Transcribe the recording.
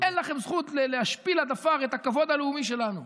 אין לכם זכות להשפיל עד עפר את הכבוד הלאומי שלנו.